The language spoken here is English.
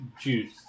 juice